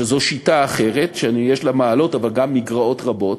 שזו שיטה אחרת, שיש לה מעלות אבל גם מגרעות רבות,